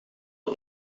het